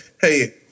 hey